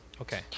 Okay